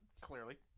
Clearly